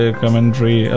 commentary